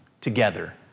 together